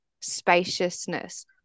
spaciousness